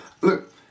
Look